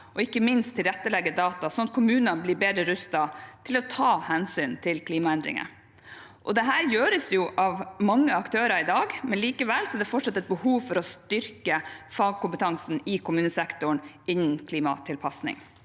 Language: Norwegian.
og ikke minst tilrettelegge data, sånn at kommunene blir bedre rustet til å ta hensyn til klimaendringer. Dette gjøres jo av mange aktører i dag, men likevel er det fortsatt behov for å styrke fagkompetansen i kommunesektoren innen klimatilpasning.